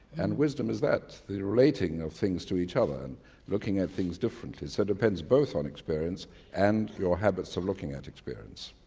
and wisdom is that. the relating of things to each other and looking at things differently so it depends both on experience and your habits of looking at experience.